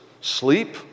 sleep